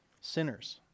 sinners